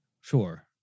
Sure